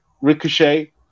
Ricochet